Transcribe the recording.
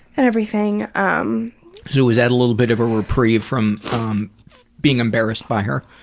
and everything. um so was that a little bit of a reprieve from being embarrassed by her?